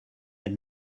aide